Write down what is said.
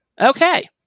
Okay